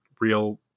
real